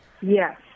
yes